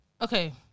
Okay